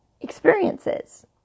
experiences